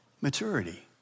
maturity